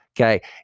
Okay